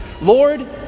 Lord